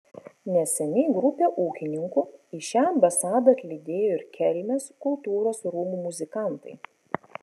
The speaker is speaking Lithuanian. neseniai grupę ūkininkų į šią ambasadą atlydėjo ir kelmės kultūros rūmų muzikantai